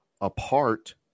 apart